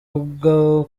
bwo